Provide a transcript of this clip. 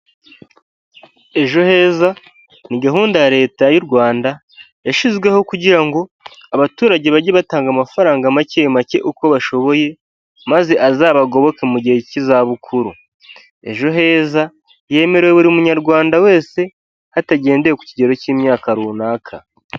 Ejo heza ni gahunda ya leta y'urwanda yashyizweho kugira ngo abaturage bajye batanga amafaranga make make uko bashoboye maze azabagoboke mu gihe cy'izabukuru ejo heza yemerewe buri munyarwanda wese hatagendewe ku kigero cy'imyaka runaka.